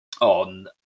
on